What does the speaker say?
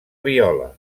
viola